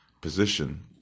position